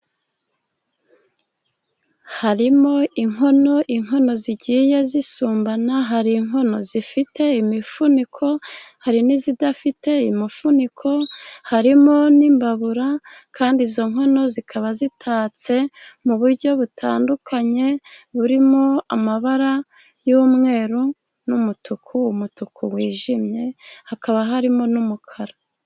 Harimo inkono, inkono zigiye zisumbana. Hari inkono zifite imifuniko, hari n'izidafite imifuniko. Harimo n'imbabura, kandi izo nkono zikaba zitatse mu buryo butandukanye, burimo amabara y'umweru n'umutuku, umutuku wijimye hakaba harimo n'umukara.